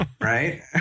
right